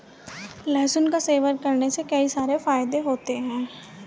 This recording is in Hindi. लहसुन का सेवन करने के कई सारे फायदे होते है